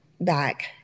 back